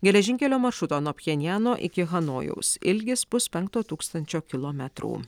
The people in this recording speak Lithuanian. geležinkelio maršruto nuo pjenjano iki hanojaus ilgis puspenkto tūkstančio kilometrų